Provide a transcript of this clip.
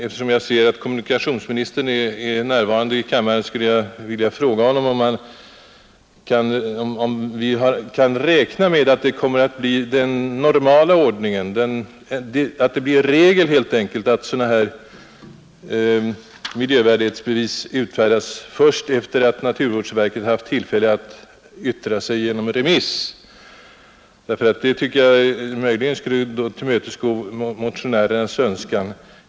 Eftersom jag ser att kommunikationsministern är närvarande i kammaren skulle jag därför vilja fråga honom, om vi kan räkna med att det kommer att bli regel att föreskrifter om miljövärdighetsbevis utfärdas först efter det att naturvårdsverket haft tillfälle att yttra sig efter remiss. Detta skulle bättre tillmötesgå motionärernas önskan.